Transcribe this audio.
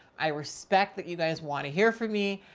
i respect that you guys want to hear from me.